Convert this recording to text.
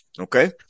Okay